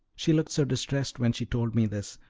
she looked so distressed when she told me this,